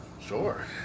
Sure